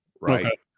right